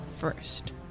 first